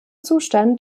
zustand